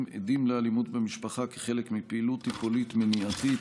העדים לאלימות במשפחה כחלק מפעילות טיפולית מניעתית,